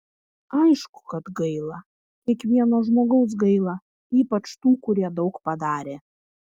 aišku kad gaila kiekvieno žmogaus gaila ypač tų kurie daug padarė